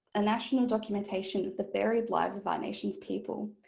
a national documentation of the varied lives of our nation's people.